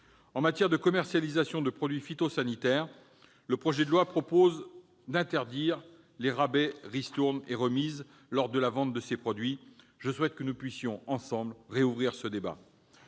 En matière de commercialisation de produits phytopharmaceutiques, le projet de loi interdit les rabais, ristournes et remises lors de la vente de ces produits. Je souhaite que nous puissions rouvrir ce débat